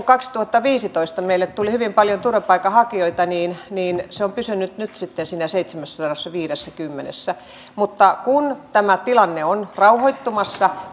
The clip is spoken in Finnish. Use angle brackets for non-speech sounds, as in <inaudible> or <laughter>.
<unintelligible> kaksituhattaviisitoista meille tuli hyvin paljon turvapaikanhakijoita ja se on pysynyt nyt sitten siinä seitsemässäsadassaviidessäkymmenessä mutta kun tämä tilanne on rauhoittumassa <unintelligible>